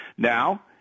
now